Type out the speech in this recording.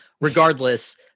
Regardless